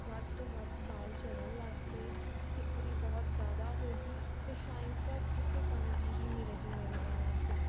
ਵੱਧ ਤੋਂ ਵੱਧ ਬਾਲ ਝੜਨ ਲੱਗ ਪਏ ਸਿੱਕਰੀ ਬਹੁਤ ਜ਼ਿਆਦਾ ਹੋ ਗਈ ਅਤੇ ਸ਼ਾਈਨ ਤਾਂ ਕਿਸੇ ਕੰਮ ਦੀ ਹੀ ਨਹੀਂ ਰਹੀ ਮੇਰੇ ਵਾਲਾਂ 'ਤੇ